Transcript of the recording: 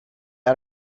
got